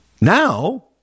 now